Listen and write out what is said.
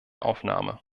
aufnahme